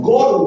God